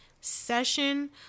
session